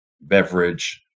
beverage